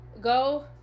Go